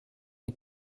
une